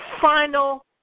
final